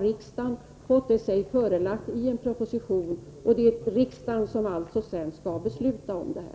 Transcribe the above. Riksdagen har fått sig det förelagt i en proposition, och det är riksdagen som alltså skall besluta om det.